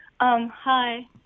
Hi